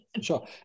Sure